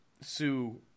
Sue